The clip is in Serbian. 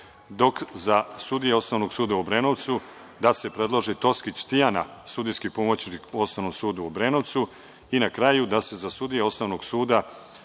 Za sudiju Osnovnog suda u Obrenovcu predlaže se Toskić Tijana, sudijski pomoćnik u Osnovnom sudu u Obrenovcu. Na kraju, da se za sudije Osnovnog suda